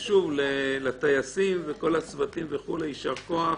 ושוב, לטייסים וכל הצוותים וכו', יישר כוח.